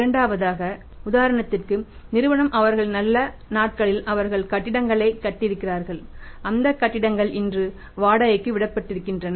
இரண்டாவதாக உதாரணத்திற்கு நிறுவனம் அவர்களின் நல்ல நாட்களில் அவர்கள் கட்டிடங்களை கட்டியிருக்கிறார்கள் அந்த கட்டிடங்கள் இன்று வாடகைக்கு விடப்படுகின்றன